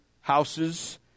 houses